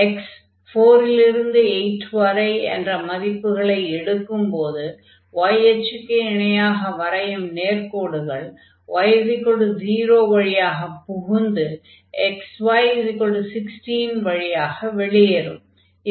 x 4 லிருந்து 8 வரை என்ற மதிப்புகளை எடுக்கும்போது y அச்சுக்கு இணையாக வரையும் நேர்க்கோடுகள் y 0 வழியாகப் புகுந்து xy16 வழியாக வெளியேறும்